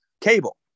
cable